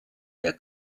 der